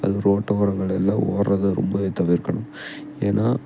அதுவும் ரோட்டு ஓரங்கள்லெல்லாம் ஓடுறது ரொம்பவே தவிர்க்கணும் ஏன்னா